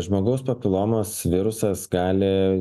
žmogaus papilomos virusas gali